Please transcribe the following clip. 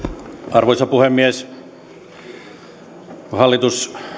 arvoisa puhemies kun hallitus